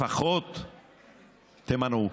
לפחות תימנעו.